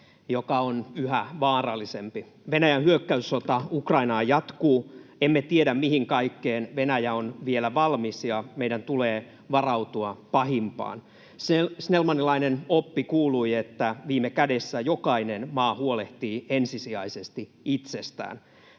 joka on yhä vaarallisempi. Venäjän hyökkäyssota Ukrainaan jatkuu. Emme tiedä, mihin kaikkeen Venäjä on vielä valmis, ja meidän tulee varautua pahimpaan. Snellmanilainen oppi kuului, että viime kädessä jokainen maa huolehtii ensisijaisesti itsestään.